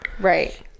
right